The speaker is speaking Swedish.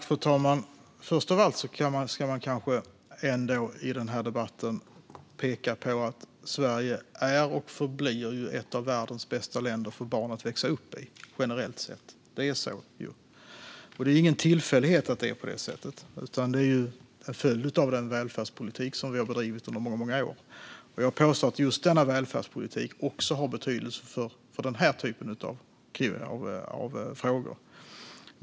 Fru talman! Först av allt kanske man i denna debatt ändå ska peka på att Sverige är och förblir ett av världens bästa länder för barn att växa upp i. Generellt sett är det så. Det är ingen tillfällighet att det är på det sättet, utan det är en följd av den välfärdspolitik som vi har bedrivit under många år. Jag påstår att just denna välfärdspolitik också har betydelse för den här typen av frågor.